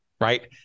Right